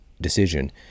decision